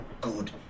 good